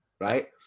right